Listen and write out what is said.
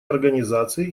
организации